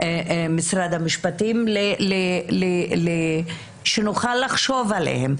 משרד המשפטים כדי שנוכל לחשוב עליהן,